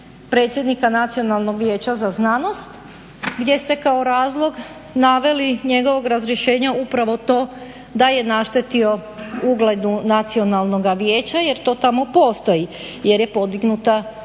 predsjednika Nacionalnog vijeća za znanost gdje ste kao razlog naveli njegovog razrješenja upravo to da je naštetio ugledu nacionalnoga vijeća jer to tamo postoji, jer je podignuta optužnica.